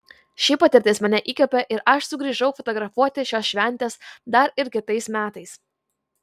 ši patirtis mane įkvėpė ir aš sugrįžau fotografuoti šios šventės dar ir kitais metais